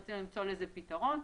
רצינו למצוא לזה פתרון.